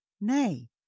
Nay